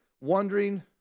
wondering